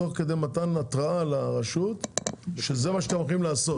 תוך כדי מתן התראה לרשות שזה מה שאתם הולכים לעשות